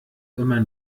immer